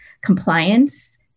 compliance